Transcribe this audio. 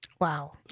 Wow